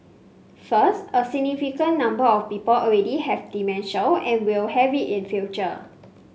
first a significant number of people already have dementia and will have it in future